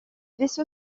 vaisseau